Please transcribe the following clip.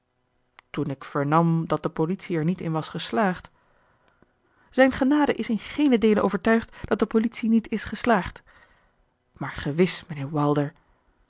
toen ik vernam dat de politie er niet in was geslaagd zijne genade is in geenen deele overtuigd dat de politie niet is geslaagd maar